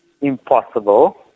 impossible